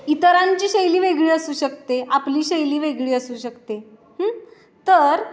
इतरांची शैली वेगळी असू शकते आपली शैली वेगळी असू शकते तर